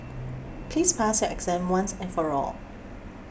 please pas exam once and for all